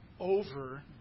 over